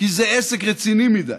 כי זה עסק רציני מדי.